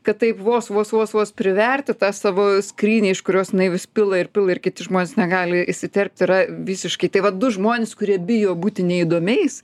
kad taip vos vos vos vos priverti tą savo skrynią iš kurios na ji vis pila ir pila ir kiti žmonės negali įsiterpt yra visiškai tai va du žmonės kurie bijo būti neįdomiais